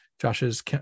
Josh's